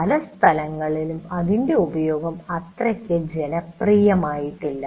പലസ്ഥലങ്ങളിലും അതിന്റെ ഉപയോഗം അത്രയ്ക്ക് ജനപ്രിയമായിട്ടില്ല